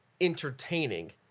entertaining